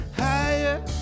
higher